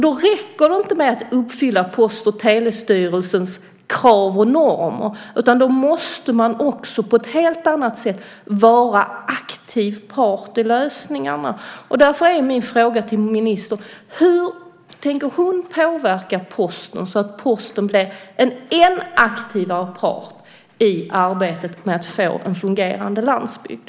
Då räcker det inte med att uppfylla Post och telestyrelsens krav och normer, utan då måste man också på ett helt annat sätt vara en aktiv part i lösningarna. Därför är min fråga till ministern hur hon tänker påverka Posten så att Posten blir en ännu aktivare part i arbetet med att få en fungerande landsbygd.